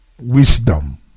Wisdom